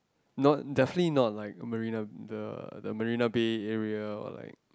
not definitely not like marina the the Marina-Bay area or like